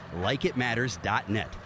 LikeItMatters.net